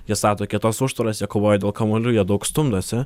jie stato kietas užtvaras jie kovoja dėl kamuolių jie daug stumdosi